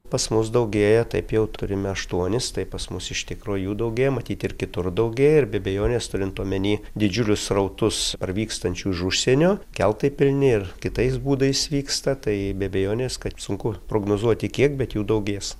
pas mus daugėja taip jau turime aštuonis tai pas mus iš tikro jų daugėja matyt ir kitur daugėja ir be abejonės turint omeny didžiulius srautus parvykstančių už užsienio keltai pilni ir kitais būdais vyksta tai be abejonės kad sunku prognozuoti kiek bet jų daugės